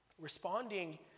Responding